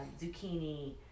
zucchini